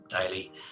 daily